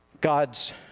God's